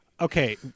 Okay